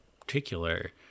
particular